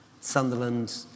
Sunderland